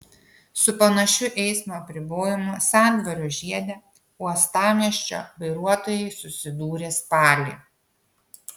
su panašiu eismo apribojimu sendvario žiede uostamiesčio vairuotojai susidūrė spalį